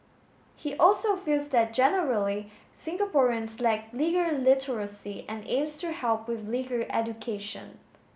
he also feels that generally Singaporeans lack legal literacy and aims to help with legal education